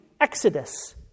Exodus